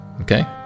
Okay